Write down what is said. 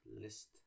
List